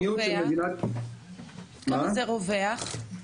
זה רווח.